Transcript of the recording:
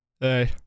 Hey